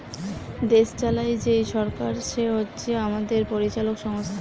দেশ চালায় যেই সরকার সে হচ্ছে আমাদের পরিচালক সংস্থা